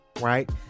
right